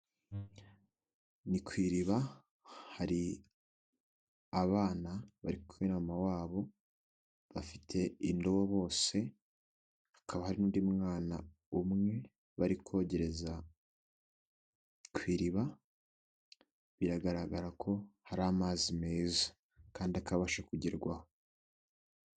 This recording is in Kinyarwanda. Ni ku iriba, hari abana bari kumwe na mama wabo, bafite indobo bose, hakaba hari undi mwana umwe bari kogereza ku iriba, biragaragara ko hari amazi meza kandi akabasha kugerwaho.